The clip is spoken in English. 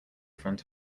front